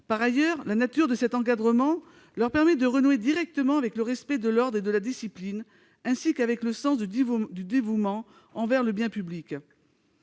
Par ailleurs, la nature de cet encadrement leur permet de renouer directement avec le respect de l'ordre et de la discipline, ainsi qu'avec le sens du dévouement envers le bien public.